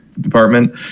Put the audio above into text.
department